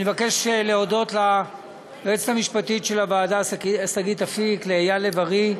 אני מבקש להודות ליועצת המשפטית של הוועדה שגית אפיק ולאייל לב-ארי.